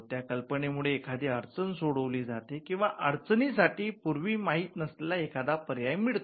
त्या कल्पनेमुळे एखादी अडचण सोडवली जाते किंवा अडचणी साठी पूर्वी माहीत नसलेला एखादा पर्याय मिळतो